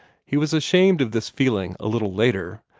he was ashamed of this feeling a little later,